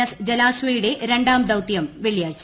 S ജലാശ്വയുടെ രണ്ടാം ദൌതൃം വെള്ളിയാഴ്ച